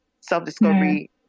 self-discovery